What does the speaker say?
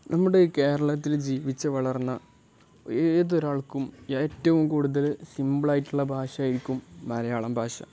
നമ്മുടെ കേരളത്തിൽ ജീവിച്ചു വളർന്ന ഏതൊരാൾക്കും ഏറ്റവും കൂടുതൽ സിമ്പിളായിട്ടുള്ള ഭാഷയായിരിക്കും മലയാളം ഭാഷ